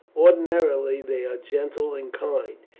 ordinarily they are gentle and kind.